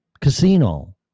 casino